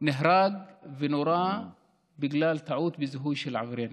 נהרג ונורה בגלל טעות בזיהוי של עבריינים.